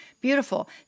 beautiful